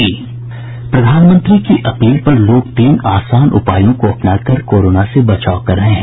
jingle प्रधानमंत्री की अपील पर लोग तीन आसान उपायों को अपना कर कोरोना से बचाव कर रहे हैं